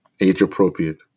age-appropriate